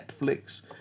Netflix